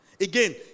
Again